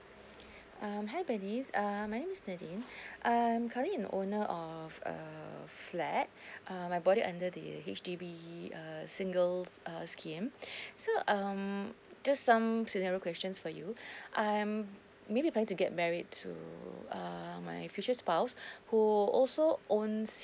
um hi bernice um my name is um currently in owner of a flat um I bought it under the H_D_B uh singles uh scheme so um just some generic questions for you I am maybe planning to get married to um my future spouse who also owns